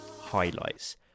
highlights